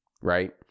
right